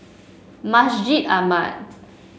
Masjid Ahmad